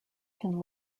can